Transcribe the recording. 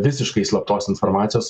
visiškai slaptos informacijos